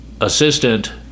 assistant